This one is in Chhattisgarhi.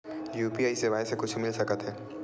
यू.पी.आई सेवाएं से कुछु मिल सकत हे?